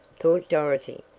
thought dorothy.